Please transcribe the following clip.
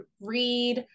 read